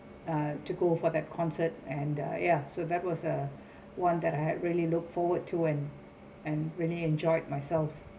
uh to go for that concert and the ya so that was a one that I had really look forward to and and really enjoyed myself